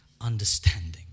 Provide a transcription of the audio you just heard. understanding